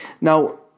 Now